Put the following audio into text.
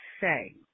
say